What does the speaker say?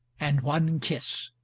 and one kiss.